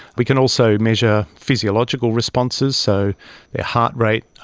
we can also measure physiological responses, so their heart rate,